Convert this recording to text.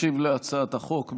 ישיב על הצעת החוק,